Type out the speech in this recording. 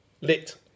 lit